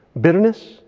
Bitterness